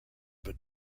but